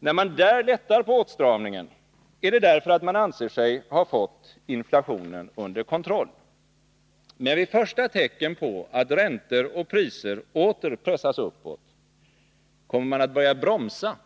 När man där lättar på åtstramningen, är det därför att man anser sig ha fått inflationen under kontroll. Men vid första tecken på att räntor och priser åter pressas uppåt kommer man att börja bromsa,